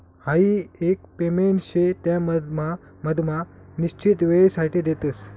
हाई एक पेमेंट शे त्या मधमा मधमा निश्चित वेळसाठे देतस